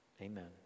amen